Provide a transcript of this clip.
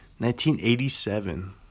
1987